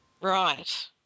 Right